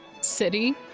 city